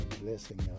blessing